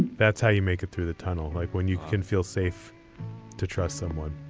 that's how you make it through the tunnel. like when you can feel safe to trust someone.